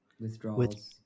withdrawals